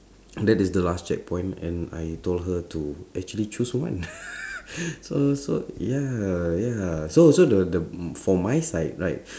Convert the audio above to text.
that is the last checkpoint and I told her to actually choose one so so ya ya so so the the mm for my side right